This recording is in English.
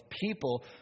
people